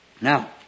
Now